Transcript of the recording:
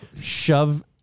shove